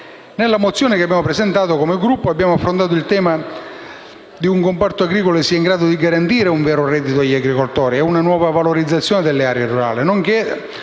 Nella mozione presentata dal mio Gruppo, abbiamo affrontato vari temi: un comparto agricolo in grado di garantire un vero reddito agli agricoltori; una nuova valorizzazione delle aree rurali;